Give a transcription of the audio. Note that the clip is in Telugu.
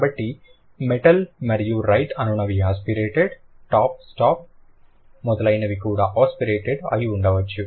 కాబట్టి మెటల్ మరియు రైట్ అనునవి ఆస్పిరేటెడ్ టాప్ స్టాప్ మొదలైనవి కూడా ఆస్పిరేటెడ్ అయి ఉండవచ్చు